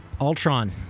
Ultron